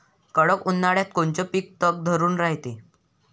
कडक उन्हाळ्यात कोनचं पिकं तग धरून रायते?